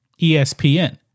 ESPN